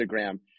Instagram